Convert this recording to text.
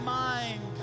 mind